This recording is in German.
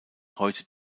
heute